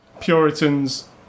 Puritans